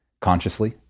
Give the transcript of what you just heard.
consciously